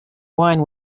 wine